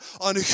on